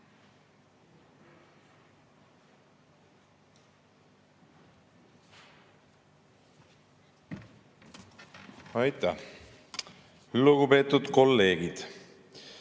Aitäh! Lugupeetud kolleegid!